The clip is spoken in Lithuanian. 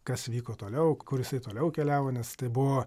kas vyko toliau kur jisai toliau keliavo nes tai buvo